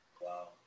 Wow